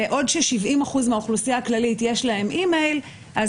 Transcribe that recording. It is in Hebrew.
בעוד של-70% מהאוכלוסייה הכללית יש אי-מייל אז